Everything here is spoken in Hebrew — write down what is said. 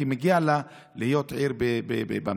כי מגיע לה להיות עיר במדינה.